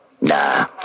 Nah